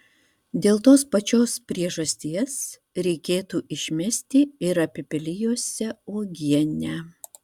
dėl tos pačios priežasties reikėtų išmesti ir apipelijusią uogienę